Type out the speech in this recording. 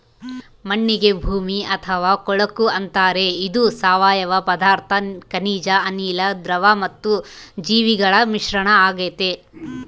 ಮಣ್ಣಿಗೆ ಭೂಮಿ ಅಥವಾ ಕೊಳಕು ಅಂತಾರೆ ಇದು ಸಾವಯವ ಪದಾರ್ಥ ಖನಿಜ ಅನಿಲ, ದ್ರವ ಮತ್ತು ಜೀವಿಗಳ ಮಿಶ್ರಣ ಆಗೆತೆ